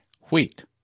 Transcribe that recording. wheat